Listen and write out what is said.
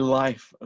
life